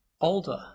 older